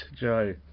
Joe